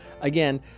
Again